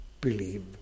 believe